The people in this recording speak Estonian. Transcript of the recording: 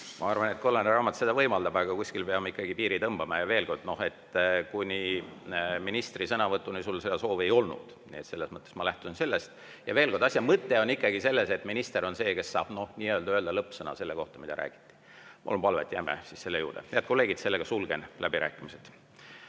Ma arvan, et kollane raamat seda võimaldab, aga kuskile peame ikkagi piiri tõmbama. Veel kord, kuni ministri sõnavõtuni sul seda soovi ei olnud, nii et ma lähtusin sellest. Ja veel kord, asja mõte on ikkagi selles, et minister on see, kes saab [öelda] lõppsõna selle kohta, mida räägiti. Mul on palve, et jääme siis selle juurde. Head kolleegid, sulgen läbirääkimised.